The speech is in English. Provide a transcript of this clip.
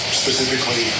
specifically